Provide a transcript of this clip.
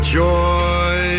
joy